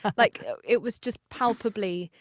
ah like so it was just palpably,